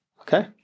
okay